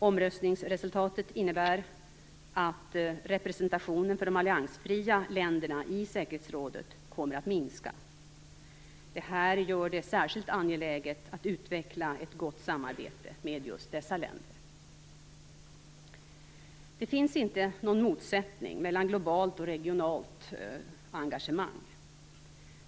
Omröstningsresultatet innebär att representationen för de alliansfria länderna i säkerhetsrådet kommer att minska. Detta gör det särskilt angeläget att utveckla ett gott samarbete med dessa länder. Det finns inte någon motsättning mellan globalt och regionalt engagemang.